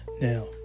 Now